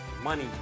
money